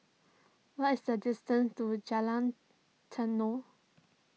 what is the distance to Jalan Tenon